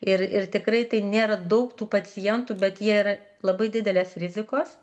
ir ir tikrai tai nėra daug tų pacientų bet jie yra labai didelės rizikos